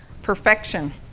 Perfection